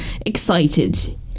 Excited